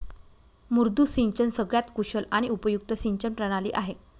मुद्दू सिंचन सगळ्यात कुशल आणि उपयुक्त सिंचन प्रणाली आहे